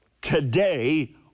today